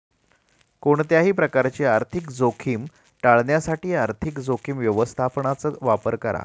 कोणत्याही प्रकारची आर्थिक जोखीम टाळण्यासाठी आर्थिक जोखीम व्यवस्थापनाचा वापर करा